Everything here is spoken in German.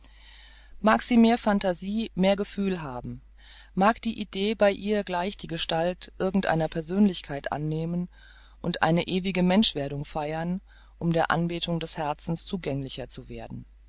sie mehr phantasie mehr gefühl haben mag die idee bei ihr gleich die gestalt irgend einer persönlichkeit annehmen und eine ewige menschwerdung feiern um der anbetung des herzens zugänglicher zu werden